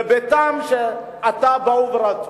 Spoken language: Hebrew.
בביתם, שעתה באו וכך רצו.